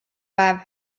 päev